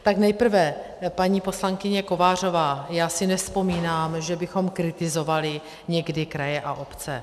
Tak nejprve, paní poslankyně Kovářová, já si nevzpomínám, že bychom kritizovali někdy kraje a obce.